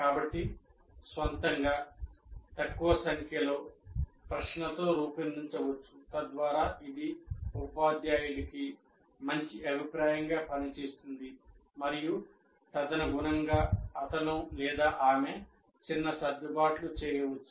కాబట్టి సొంతంగా తక్కువ సంఖ్యలో ప్రశ్నలతో రూపొందించవచ్చు తద్వారా ఇది ఉపాధ్యాయుడికి మంచి అభిప్రాయంగా పనిచేస్తుంది మరియు తదనుగుణంగా అతను ఆమె చిన్న సర్దుబాట్లు చేయవచ్చు